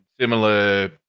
similar